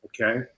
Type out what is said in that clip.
okay